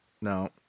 no